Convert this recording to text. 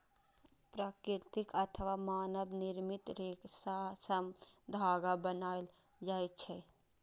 प्राकृतिक अथवा मानव निर्मित रेशा सं धागा बनायल जाए छै